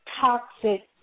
toxic